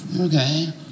okay